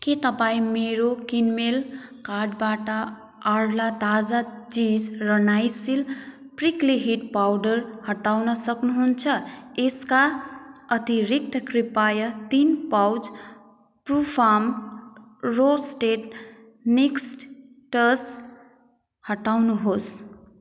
के तपाईँ मेरो किनमेल कार्टबाट अर्ला ताजा चिज र नाइसिल प्रिकली हिट पाउडर हटाउन सक्नुहुन्छ यसका अतिरिक्त कृपया तिन पाउच ट्रुफार्म रोस्टेड मिक्स्ड टस हटाउनुहोस्